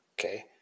okay